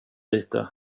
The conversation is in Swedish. lite